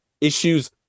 issues